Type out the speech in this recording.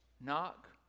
knock